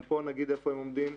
ונגיד איפה הם עומדים,